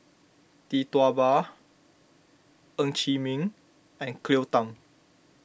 Tee Tua Ba Ng Chee Meng and Cleo Thang